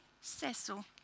Cecil